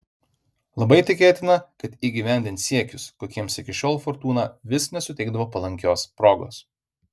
labai tikėtina kad įgyvendins siekius kokiems iki šiol fortūna vis nesuteikdavo palankios progos